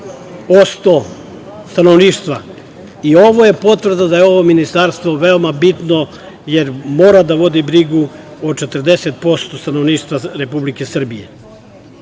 40,5% stanovništva. Ovo je potvrda da je ovo ministarstvo veoma bitno, jer mora da vodi brigu o 40% stanovništva Republike Srbije.U